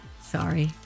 Sorry